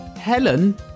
Helen